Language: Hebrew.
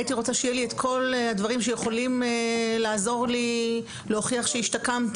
הייתי רוצה שיהיו לי את כל הדברים שיכולים לעזור לי להוכיח שהשתקמתי.